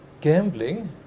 Gambling